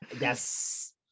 Yes